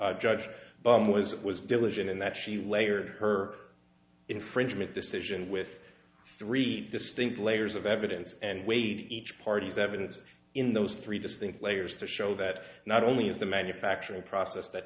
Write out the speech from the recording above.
process judge but was it was diligent in that she layered her infringement decision with three distinct layers of evidence and weighed each party's evidence in those three distinct layers to show that not only is the manufacturing process th